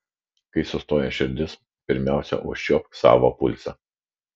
kai sustoja širdis pirmiausia užčiuopk savo pulsą